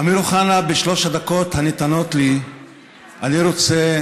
אמיר אוחנה, בשלוש הדקות הניתנות לי אני רוצה